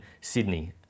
Sydney